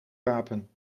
rapen